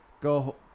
go